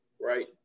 right